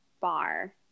bar